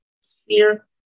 sphere